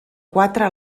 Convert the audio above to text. quatre